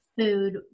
food